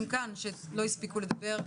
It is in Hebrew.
שלא הספיקו לדבר.